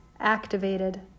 activated